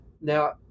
Now